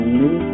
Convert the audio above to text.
new